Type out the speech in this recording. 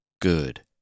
good